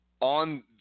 on